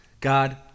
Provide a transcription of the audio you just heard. God